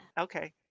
okay